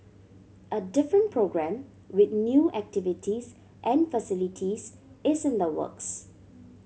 a different programme with new activities and facilities is in the works